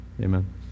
Amen